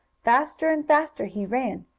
faster and faster he ran.